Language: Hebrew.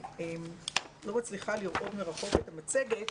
אני לא מצליחה לראות מרחוק את המצגת,